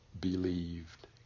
believed